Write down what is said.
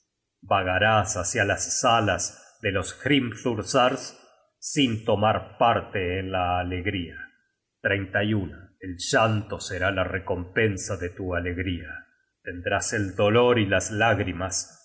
vagarás hácia las salas de los hrimthursars sin tomar parte en la alegría el llanto será la recompensa de tu alegría tendrás el dolor y las lágrimas